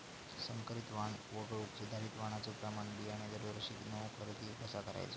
संकरित वाण वगळुक सुधारित वाणाचो प्रमाण बियाणे दरवर्षीक नवो खरेदी कसा करायचो?